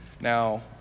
Now